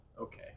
Okay